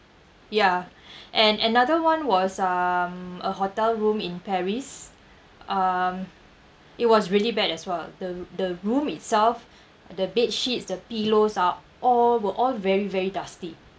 ya and another one was um a hotel room in paris um it was really bad as well the the room itself the bedsheets the pillows are all were all very very dusty